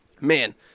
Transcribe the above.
man